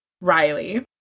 Riley